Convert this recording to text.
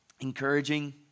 encouraging